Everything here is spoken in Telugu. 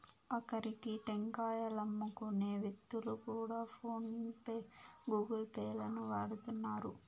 ఆకరికి టెంకాయలమ్ముకునే వ్యక్తులు కూడా ఫోన్ పే గూగుల్ పే లను వాడుతున్నారు